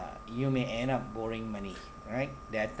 you may end up borrowing money right there are